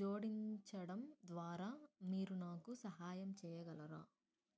జోడించడం ద్వారా మీరు నాకు సహాయం చెయ్యగలరా